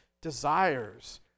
desires